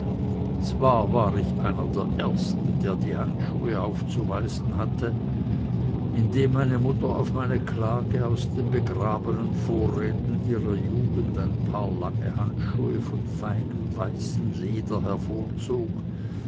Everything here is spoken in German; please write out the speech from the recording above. zwar war ich einer der ersten der die handschuhe aufzuweisen hatte indem meine mutter auf meine klage aus den begrabenen vorräten ihrer lugend ein paar lange handschuhe von feinem weißem leder